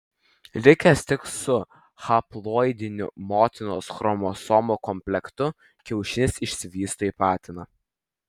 likęs tik su haploidiniu motinos chromosomų komplektu kiaušinis išsivysto į patiną